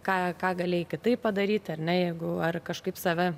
ką ką galėjai kitaip padaryti ar ne jeigu ar kažkaip save